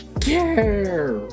care